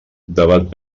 debat